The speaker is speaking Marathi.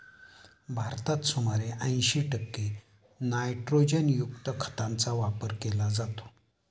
भारतात सुमारे ऐंशी टक्के नायट्रोजनयुक्त खतांचा वापर केला जातो